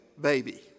baby